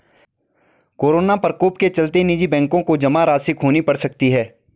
corona प्रकोप के चलते निजी बैंकों को जमा राशि खोनी पढ़ सकती है